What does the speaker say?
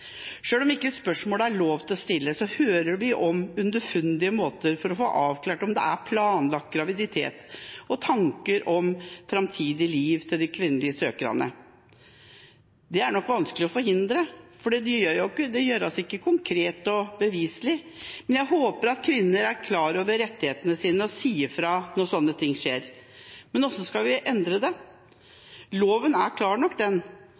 om det ikke er lov å stille spørsmålet, hører en om underfundige måter å få avklart om det er planlagt graviditet på, og tanker om det framtidige livet til de kvinnelige søkerne. Det er nok vanskelig å forhindre, for det gjøres jo ikke konkret og beviselig, men jeg håper at kvinner er klar over rettighetene sine og sier fra når sånne ting skjer. Men hvordan skal vi endre det? Loven er klar nok,